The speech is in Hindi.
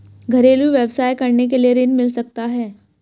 घरेलू व्यवसाय करने के लिए ऋण मिल सकता है?